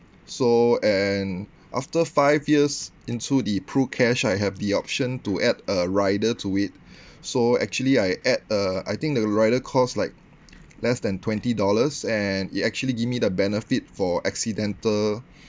so and after five years into the prucash I have the option to add a rider to it so actually I add a I think the rider cost like less than twenty dollars and it actually give me the benefit for accidental